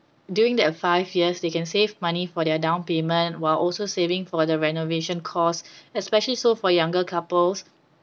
during that five years they can save money for their down payment while also saving for the renovation costs especially so for younger couples